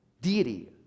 deity